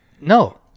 no